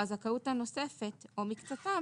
הזכאות הנוספת או מקצתם,